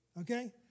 okay